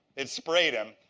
it sprayed him.